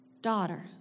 Daughter